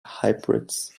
hybrids